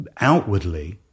outwardly